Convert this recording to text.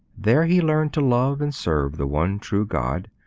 there he learned to love and serve the one true god.